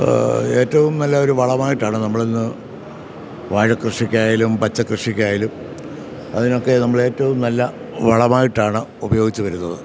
ഏറ്റവും നല്ലൊരു വളമായിട്ടാണ് നമ്മളിന്ന് വാഴ കൃഷിക്കായാലും പച്ചക്കൃഷിക്കായാലും അതിനൊക്കെ നമ്മളേറ്റവും നല്ല വളമായിട്ടാണ് ഉപയോഗിച്ചുവരുന്നത്